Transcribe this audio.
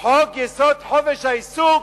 חוק-יסוד: חופש העיסוק,